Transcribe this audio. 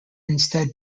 instead